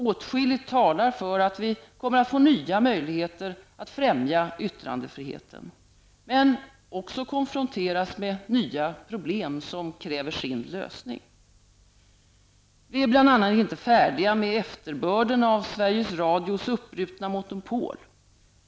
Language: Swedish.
Åtskilligt talar för att vi kommer att få nya möjligheter att främja yttrandefriheten, men också konfronteras med nya problem som kräver sin lösning. Vi är inte färdiga med bl.a. efterbörden av Sveriges Radios öppna monopol.